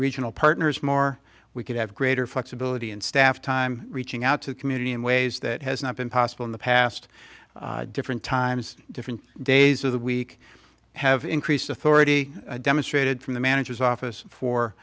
regional partners more we could have greater flexibility in staff time reaching out to the community in ways that has not been possible in the past different times different days of the week have increased authority demonstrated from the manager's office for